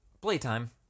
playtime